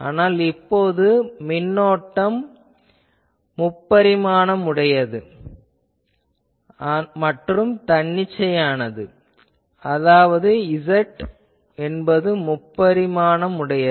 ஆனால் இப்போது மின்னோட்டம் முப்பரிமாணமுடையது மற்றும் தன்னிச்சையானது அதாவது Z என்பது முப்பரிமாணமுடையது